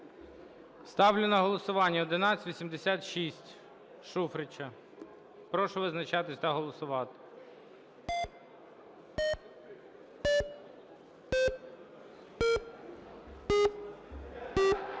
Ставлю на голосування правку 1187. Прошу визначатись та голосувати.